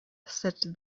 said